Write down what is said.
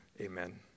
Amen